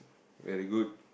very good